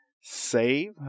Save